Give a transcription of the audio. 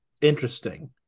interesting